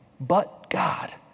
But-God